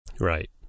Right